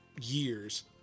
years